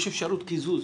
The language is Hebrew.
יש אפשרות קיזוז,